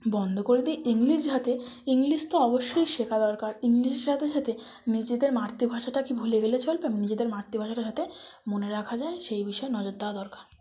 বন্ধ করে দিয়ে ইংলিশ যাতে ইংলিশ তো অবশ্যই শেখা দরকার ইংলিশের সাথে সাথে নিজেদের মাতৃভাষাটা কি ভুলে গেলে চলবে নিজেদের মাতৃভাষাটা যাতে মনে রাখা যায় সেই বিষয়ে নজর দেওয়া দরকার